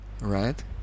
right